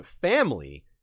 family